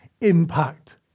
impact